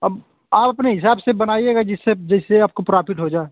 अब आप अपने हिसाब से बनाइएगा जिससे जैसे आपको प्राफिट हो जाए